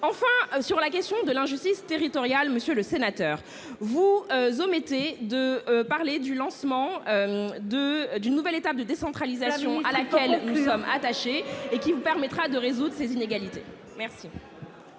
enfin sur la question de l'injustice territoriale, monsieur le sénateur vous zoom était de parler du lancement 2 d'une nouvelle étape de décentralisation Alain quand elle nous sommes attachés et qui vous permettra de résoudre ces inégalités merci.